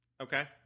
Okay